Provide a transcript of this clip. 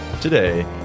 today